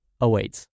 awaits